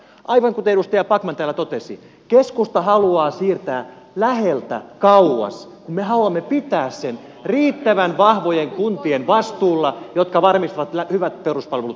aivan kuten edustaja backman täällä totesi keskusta haluaa siirtää läheltä kauas kun me haluamme pitää sen riittävän vahvojen kuntien vastuulla jotka varmistavat hyvät peruspalvelut jatkossakin